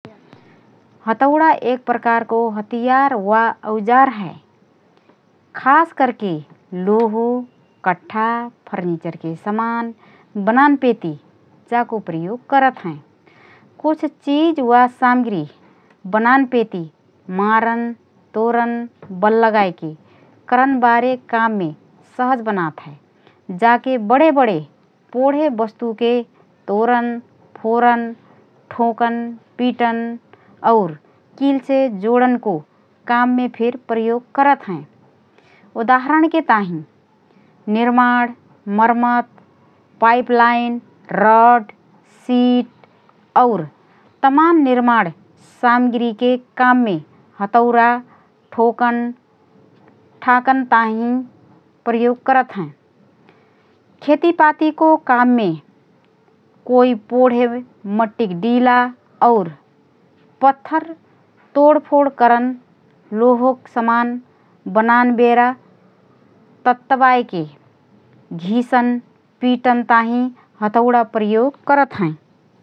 हथौडा एक प्रकारको हतियार वा औजार हए । खास करके लोहो, कट्ठा, फर्निचरके समान बनानपेति जाको प्रयोग करत हएँ । कुछ चीज वा सामग्री बनानपेति मारन, तोरन, बल लगाएके करनबारे काममे सहज बनात हए । जाके बडे बडे पोढ़े वस्तुके तोरन, फोरन, ठोकन, पिटन और किलसे जोडनको काममे फिर प्रयोग करत हएँ । उदाहरणके ताहिँ: निर्माण, मर्मत, पाइपलाइन, रड, सिट और तमान निर्माण सामग्रीके काममे हथौडा ठोँकन ठाँकन ताहिँ प्रयोग करत हएँ । खेतीपातीको काममे कोइ पोढ़े मट्टीक डिला और पत्थर तोडफोड करन, लोहेक समान बनान बेरा तत्त्बाएके घिसन पिटन ताहिँ हथौडा प्रयोग करत हएँ ।